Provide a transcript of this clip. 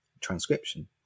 transcription